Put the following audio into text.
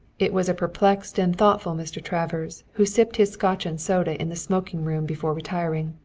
it was a perplexed and thoughtful mr. travers who sipped his scotch-and-soda in the smoking room before retiring,